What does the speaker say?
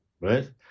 right